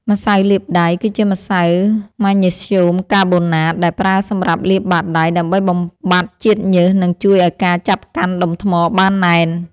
ម្សៅលាបដៃ គឺជាម្សៅម៉ាញ៉េស្យូមកាបូណាតដែលប្រើសម្រាប់លាបបាតដៃ ដើម្បីបំបាត់ជាតិញើស និងជួយឱ្យការចាប់កាន់ដុំថ្មបានណែន។